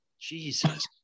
Jesus